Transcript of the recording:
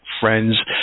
friends